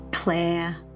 Claire